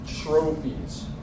trophies